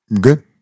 good